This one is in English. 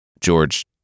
George